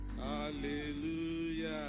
hallelujah